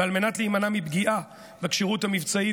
ועל מנת להימנע מפגיעה בכשירות המבצעית